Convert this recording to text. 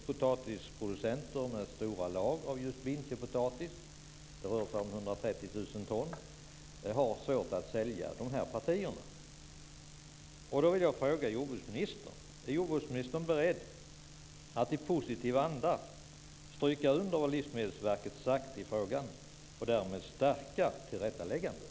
Potatisproducenter med stora lager av just bintjepotatis - det rör sig om 130 000 ton - har svårt att sälja dessa partier. Är jordbruksministern beredd att i positiv anda stryka under vad Livsmedelsverket sagt i frågan och därmed stärka tillrättaläggandet?